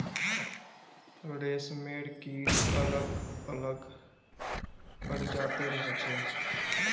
रेशमेर कीट अलग अलग प्रजातिर होचे